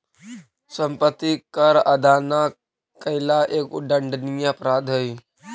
सम्पत्ति कर अदा न कैला एगो दण्डनीय अपराध हई